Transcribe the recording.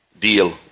deal